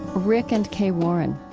rick and kay warren.